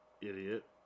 Idiot